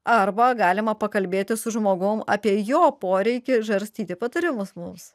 arba galima pakalbėti su žmogumi apie jo poreikį žarstyti patarimus mums